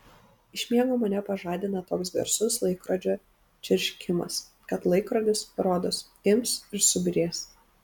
iš miego mane pažadina toks garsus laikrodžio čirškimas kad laikrodis rodos ims ir subyrės